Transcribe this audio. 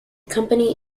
company